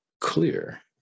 clear